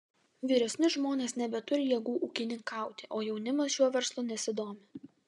vyresni žmonės nebeturi jėgų ūkininkauti o jaunimas šiuo verslu nesidomi